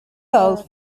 golf